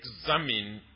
examine